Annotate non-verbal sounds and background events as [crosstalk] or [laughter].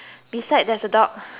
[noise]